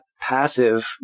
passive